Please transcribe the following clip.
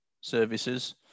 services